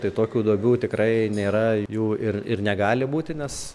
tai tokių duobių tikrai nėra jų ir ir negali būti nes